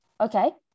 Okay